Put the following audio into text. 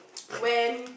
when